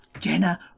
Jenna